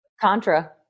Contra